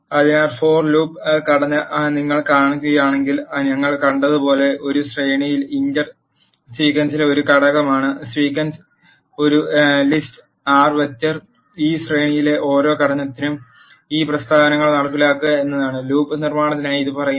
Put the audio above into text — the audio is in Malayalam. അതിനാൽ ഫോർ ലൂപ്പ് ഘടന നിങ്ങൾ കാണുകയാണെങ്കിൽ ഞങ്ങൾ കണ്ടതുപോലെ ഒരു ശ്രേണിയിൽ ഇറ്റർ സീക്വൻസിലെ ഒരു ഘടകമാണ് സീക്വൻസ് ഒരു ലിസ്റ്റ് ആർ വെക്റ്റർ ഈ ശ്രേണിയിലെ ഓരോ ഘടകത്തിനും ഈ പ്രസ്താവനകൾ നടപ്പിലാക്കുക എന്നതാണ് ലൂപ്പ് നിർമ്മാണത്തിനായി ഇത് പറയുന്നത്